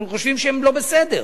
אנחנו חושבים שהם לא בסדר,